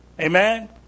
Amen